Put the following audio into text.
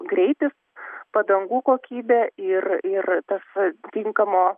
greitis padangų kokybė ir ir tas tinkamo